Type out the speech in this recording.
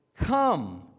Come